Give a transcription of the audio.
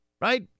Right